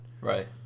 Right